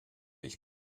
ich